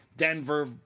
Denver